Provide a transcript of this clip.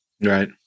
Right